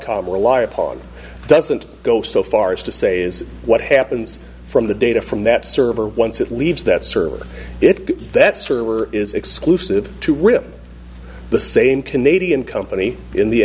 om rely upon doesn't go so far as to say is what happens from the data from that server once it leaves that server it that server is exclusive to rip the same canadian company in the